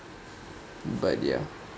but ya